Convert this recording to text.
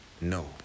No